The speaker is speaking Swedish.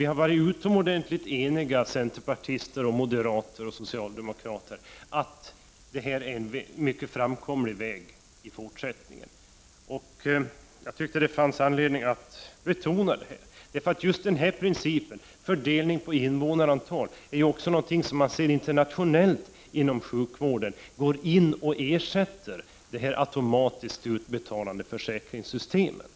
Vi har varit utomordentligt eniga — centerpartister, moderater och socialdemokrater — om att detta är en framkomlig väg. Det finns anledning att betona detta. Just denna princip, fördelning på invånarantal, är nämligen något som man kan se även på det internationella planet ersätter de automatiskt utbetalande försäkringssystemen.